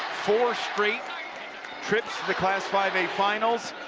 four straight trips to the class five a finals.